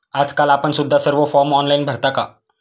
आजकाल आपण सुद्धा सर्व फॉर्म ऑनलाइन भरता का?